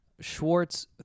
Schwartz